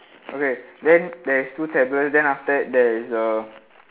okay then there is two tablet then after that there is err